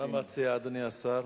מה מציע אדוני השר?